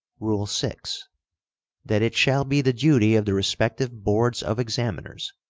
rule six that it shall be the duty of the respective boards of examiners,